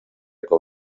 com